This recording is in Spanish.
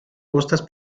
costas